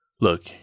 Look